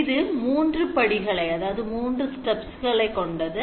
இது 3 படிகளை கொண்டது